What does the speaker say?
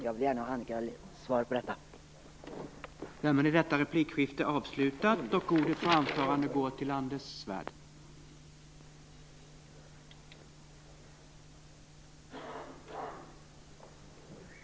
Jag vill gärna få ett besked om detta från Annika Nordgren.